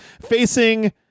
facing